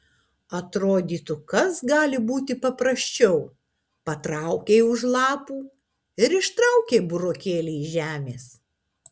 atrodytų kas gali būti paprasčiau patraukei už lapų ir ištraukei burokėlį iš žemės